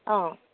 অঁ